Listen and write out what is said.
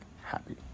happy